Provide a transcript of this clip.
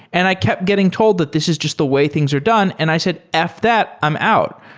and i kept getting told that this is just the way things are done. and i said, f that. i'm out.